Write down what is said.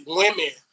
women